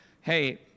hey